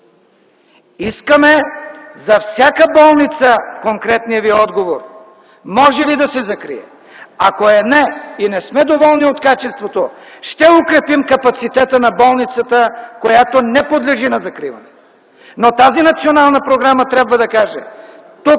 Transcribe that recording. Искаме за всяка болница конкретния ви отговор може ли да се закрие. Ако е не и не сме доволни от качеството, ще укрепим капацитета на болницата, която не подлежи на закриване. Но тази национална програма трябва да каже: